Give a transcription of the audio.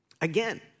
again